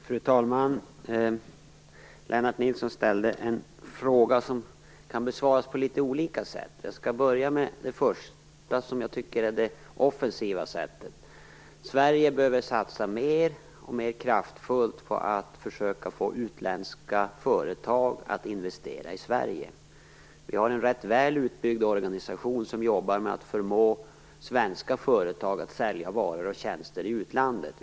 Fru talman! Lennart Nilsson ställde en fråga som kan besvaras på litet olika sätt. Jag skall börja med det sätt som jag tycker är offensivt. Sverige behöver satsa mer kraftfullt på att försöka få utländska företag att investera i Sverige. Vi har en ganska väl utbyggd organisation som jobbar med att förmå svenska företag att sälja varor och tjänster i utlandet.